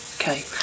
Okay